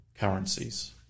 currencies